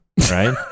Right